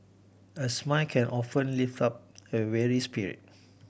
a smile can often lift up a weary spirit